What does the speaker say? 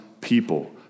people